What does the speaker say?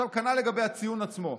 כנ"ל לגבי הציון עצמו.